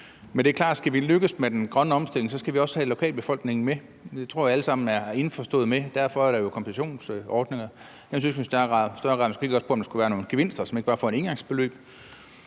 Det er klart, at skal vi lykkes med den grønne omstilling, skal vi også have lokalbefolkningen med. Det tror jeg vi alle sammen er indforstået med, og derfor er der jo også kompensationsordninger. Jeg synes, at der i større grad måske skulle være nogle gevinster, så man ikke bare får et engangsbeløb.